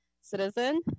citizen